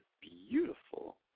beautiful